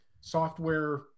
software